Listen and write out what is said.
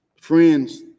friends